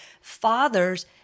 fathers